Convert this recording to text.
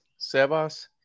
Sebas